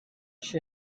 she